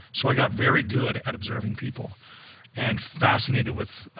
so i got very good at observing people and fascinated with